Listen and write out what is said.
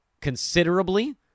considerably